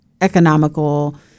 economical